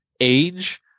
age